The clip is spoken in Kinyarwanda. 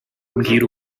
mbwira